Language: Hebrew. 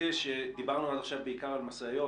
דיברנו עד עכשיו בעיקר על המשאיות,